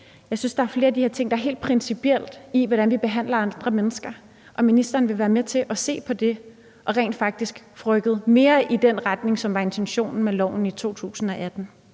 her ting, der er helt principielle i, hvordan vi behandler andre mennesker – og rent faktisk får rykket mere i den retning, som var intentionen med loven i 2018.